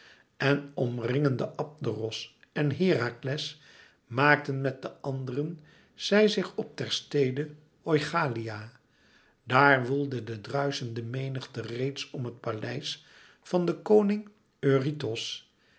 en omringende abderos en herakles maakten met de anderen zij zich op ter stede oichalia daar woelde de druischende menigte reeds om het paleis van den koning eurytos